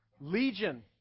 Legion